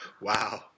wow